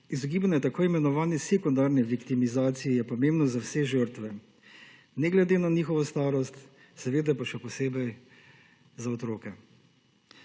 Izogibanje tako imenovani sekundarni viktimizaciji je pomembno za vse žrtve ne glede na njihovo starost, seveda pa še posebej za otroke.